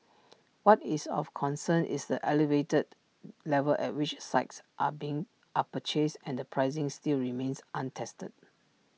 what is of concern is the elevated level at which sites are being are purchased and the pricing still remains untested